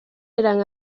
eran